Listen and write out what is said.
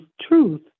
truth